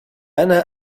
أنا